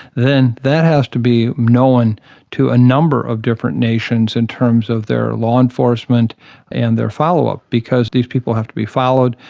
then that has to be known to a number of different nations in terms of their law enforcement and their follow-up because these people have to be followed,